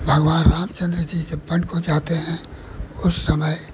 भगवान रामचन्द्र जी जब वन को जाते हैं उस समय